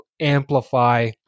Amplify